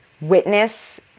witness